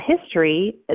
history